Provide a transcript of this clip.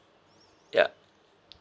yup